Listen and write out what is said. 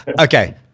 Okay